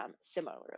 Similarly